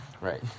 Right